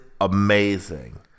amazing